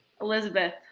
Elizabeth